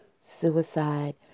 Suicide